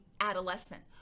adolescent